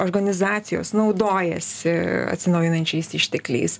organizacijos naudojasi atsinaujinančiais ištekliais